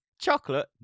chocolate